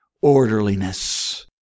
orderliness